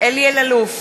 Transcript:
אלי אלאלוף,